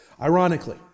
ironically